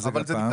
מה זה גפ"מ?